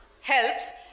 helps